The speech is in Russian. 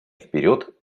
вперед